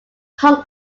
hong